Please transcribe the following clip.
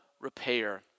repair